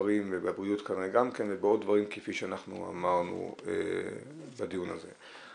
בבריאות כנראה גם כן ובעוד דברים כפי שאנחנו אמרנו בדיון הזה.